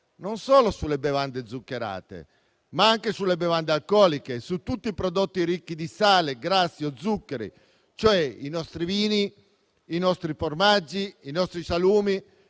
non solo sulle bevande zuccherate, ma anche sulle bevande alcoliche e su tutti i prodotti ricchi di sale, grassi o zuccheri, cioè i nostri vini, i nostri formaggi, i nostri salumi